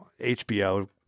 HBO